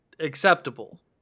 acceptable